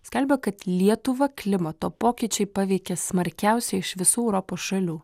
skelbia kad lietuvą klimato pokyčiai paveikė smarkiausiai iš visų europos šalių